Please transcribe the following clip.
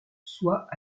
soit